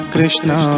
Krishna